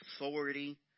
authority